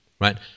right